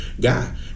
guy